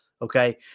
Okay